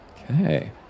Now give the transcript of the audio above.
Okay